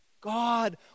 God